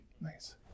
Nice